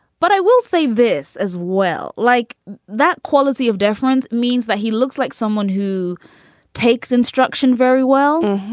but i will say this as well like that quality of difference means that he looks like someone who takes instruction very well.